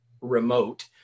remote